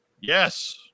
Yes